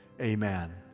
Amen